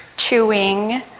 chewing,